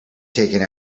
taken